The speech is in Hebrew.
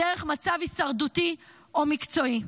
דרך מצב הישרדותי או מקצועי.